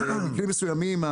במקרים מסוימים,